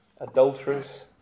adulterers